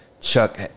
Chuck